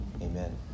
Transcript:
Amen